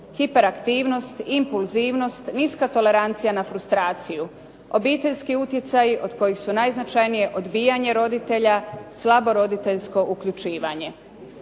hiperaktivnost, impulzivnost, niska tolerancija na frustraciju, obiteljski utjecaji od kojih su najznačajnije odbijanje roditelja, slabo roditeljsko uključivanje,